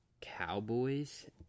Cowboys